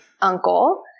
uncle